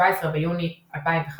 17 ביוני 2005